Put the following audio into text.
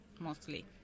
mostly